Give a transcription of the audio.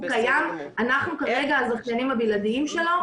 הוא קיים, אנחנו כרגע הזכיינים הבלעדיים שלו.